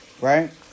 right